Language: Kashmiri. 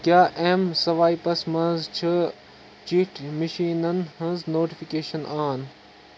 کیٛاہ ایٚم سٕوایپس منٛز چھِ چٹھۍ مشیٖنن ہٕنٛز نوٹفکیشن آن